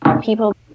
people